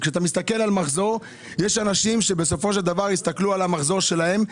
כשאתה מסתכל על המחזור יש אנשים שבסופו של דבר יסתכלו על המחזור שלהם,